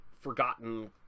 forgotten